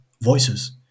voices